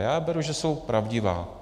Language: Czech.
A já beru, že jsou pravdivá.